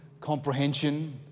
comprehension